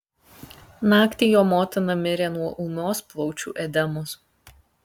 naktį jo motina mirė nuo ūmios plaučių edemos